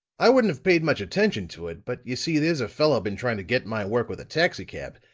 i wouldn't have paid much attention to it, but you see there's a fellow been trying to get my work with a taxicab,